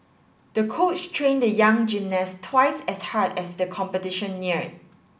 the coach trained the young gymnast twice as hard as the competition neared